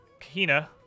Kahina